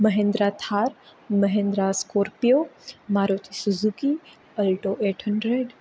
Mahindra Thar Mahindra scorpio Maruti Suzuki alto eight hundred